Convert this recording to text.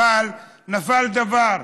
אבל נפל דבר.